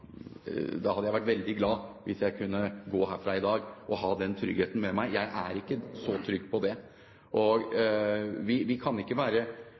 hadde jeg vært veldig glad – hvis jeg kunne gå herfra i dag og ha den tryggheten med meg. Jeg er ikke så trygg på det. Vi kan ikke være